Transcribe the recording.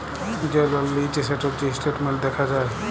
যে লল লিঁয়েছে সেটর যে ইসট্যাটমেল্ট দ্যাখা যায়